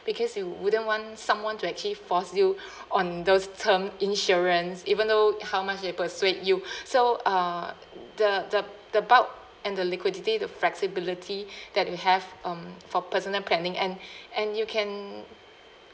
because you wouldn't want someone to actually force you on those term insurance even though how much they persuade you so uh the the the bulk and the liquidity the flexibility that you have um for personal planning and and you can